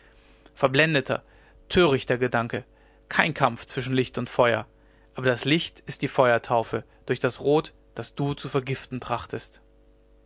verblendeter törichter gedanke kein kampf zwischen licht und feuer aber das licht ist die feuertaufe durch das rot das du zu vergiften trachtest